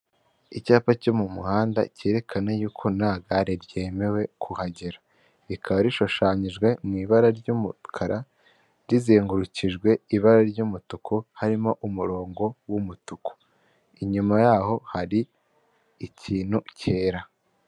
Icyapa cyo mu muhanda kerekana yuko nta gare ryemewe kuhagera rikaba rishushanyijwe mu ibara ry'umukara rizengurukijwe ibara ry'umutuku harimo umurongo w'umutuku, inyuma yaho hari ikintu cyera.